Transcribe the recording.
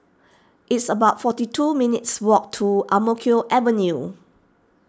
it's about forty two minutes' walk to Ang Mo Kio Avenue